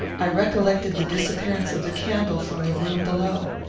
i recollected the disappearance of the candle from the room below.